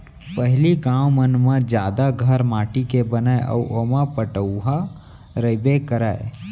पहिली गॉंव मन म जादा घर माटी के बनय अउ ओमा पटउहॉं रइबे करय